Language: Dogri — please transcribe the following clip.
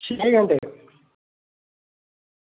छे घैंटे